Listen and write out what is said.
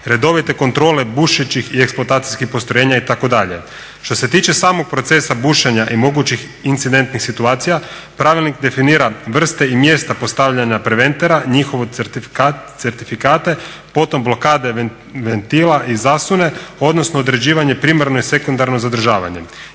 redovite kontrole bušećih i eksploatacijskih postrojenja itd. Što se tiče samog procesa bušenja i mogućih incidentnih situacija pravilnik definira vrste i mjesta postavljanja preventera, njihove certifikate, potom blokade ventila i zasune odnosno određivanje primarno i sekundarno zadržavanje.